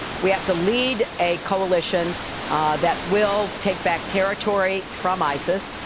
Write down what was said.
we have to lead a coalition that will take back territory from isis.